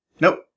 Nope